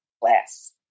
class